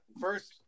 first